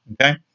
Okay